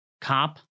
cop